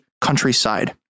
countryside